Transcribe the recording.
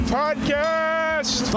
podcast